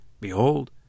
Behold